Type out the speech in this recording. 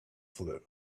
flu